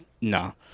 no